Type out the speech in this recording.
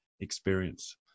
experience